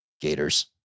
Gators